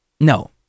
No